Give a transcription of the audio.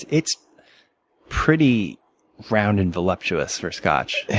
it's pretty round and voluptuous for scotch.